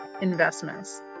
investments